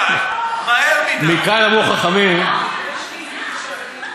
קל וחומר באשת חברו".